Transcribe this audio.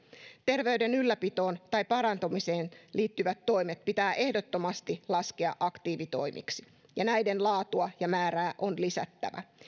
terveyden ylläpitoon tai parantumiseen liittyvät toimet pitää ehdottomasti laskea aktiivitoimiksi ja näiden laatua ja määrää on lisättävä